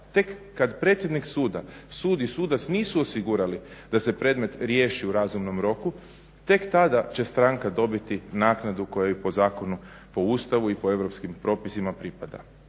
tek kad predsjednik suda sudi sudac nisu osigurali da se predmet riješi u razumnom roku tek tada će stranka dobiti naknadu koja ju po zakonu po Ustavu i po europskim propisima pripada.